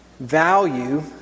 value